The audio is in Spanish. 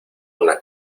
una